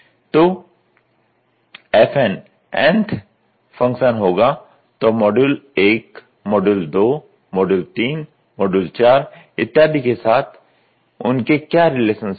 तो fn n th function होगा तो मॉड्यूल 1 मॉड्यूल 2 मॉड्यूल 3 मॉड्यूल 4 इत्यादि के साथ उनके क्या रिलेशनशिप है